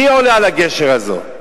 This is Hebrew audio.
מי עולה על הגשר הזה?